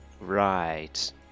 Right